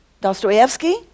Dostoevsky